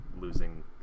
losing